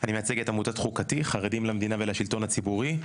אני מייצג את עמותת חוקתי חרדים למדינה ולשלטון הציבורי.